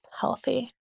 healthy